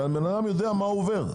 בלי שהאדם ידע מה הוא עובר,